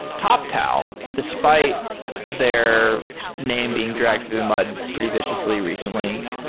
toptal, despite their name being dragged through the mud pretty viciously recently,